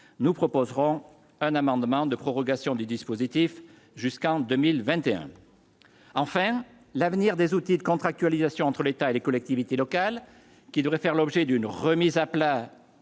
nous proposerons un amendement de prorogation du dispositif jusqu'en 2021 enfin l'avenir des outils de contractualisation entre l'État et les collectivités locales qui devrait faire l'objet d'une remise à plat